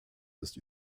ist